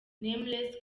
nameless